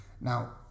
now